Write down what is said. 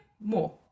more